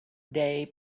day